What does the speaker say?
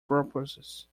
purposes